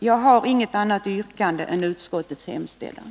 Jag har inget annat yrkande än bifall till utskottets hemställan.